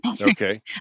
Okay